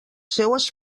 seues